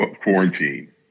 quarantine